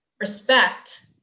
respect